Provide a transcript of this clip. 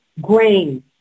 grain